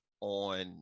on